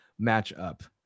matchup